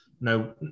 no